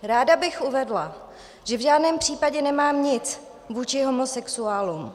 Ráda bych uvedla, že v žádném případě nemám nic vůči homosexuálům.